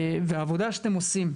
העבודה שאתם עושים,